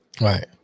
Right